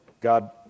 God